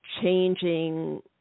changing